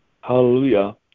Hallelujah